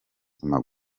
guma